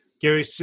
Gary